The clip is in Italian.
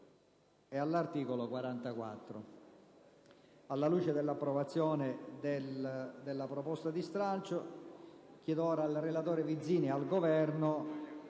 all'articolo 44.